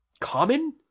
common